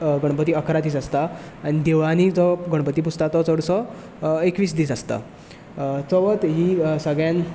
गणपती अकरा दीस आसता आनी देवळांनी जो गणपती पुजता तो चडसो एकवीस दीस आसता चवथ ही सगळ्यान